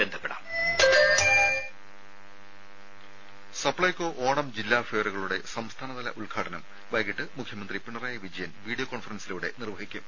ദേദ സപ്പൈക്കോ ഓണം ജില്ലാ ഫെയറുകളുടെ സംസ്ഥാനതല ഉദ്ഘാടനം വൈകിട്ട് മുഖ്യമന്ത്രി പിണറായി വിജയൻ വീഡിയോ കോൺഫറൻസിംഗിലൂടെ നിർവഹിക്കും